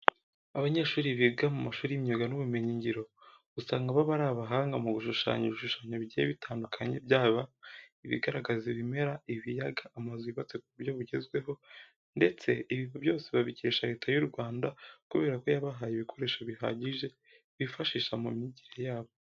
Abanyeshuri biga mu mashuri y'imyuga n'ubumenyingiro usanga baba ari abahanga mu gushushanya ibishushanyo bigiye bitandukanye byaba ibigaragaza ibimera, ibiyaga, amazu y'ubatse ku buryo bugezweho ndetse ibi byose babicyesha Leta y'u Rwanda kubera ko yabahaye ibikoresho bihagije bifashisha mu myigire yabo.